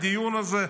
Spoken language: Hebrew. הדיון הזה,